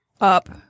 up